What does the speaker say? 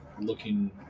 looking